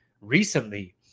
recently